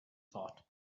thought